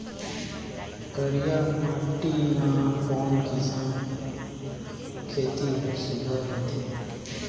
करिया माटी मा कोन किसम खेती हर सुघ्घर होथे?